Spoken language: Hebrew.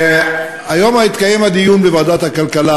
היום התקיים הדיון בוועדת הכלכלה,